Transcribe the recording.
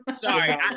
sorry